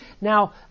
Now